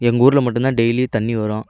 எங்கள் ஊரில் மட்டுந்தான் டெய்லியும் தண்ணீ வரும்